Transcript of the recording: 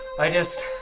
i just.